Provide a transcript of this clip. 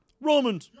Roman